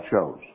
shows